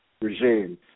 regime